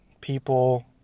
people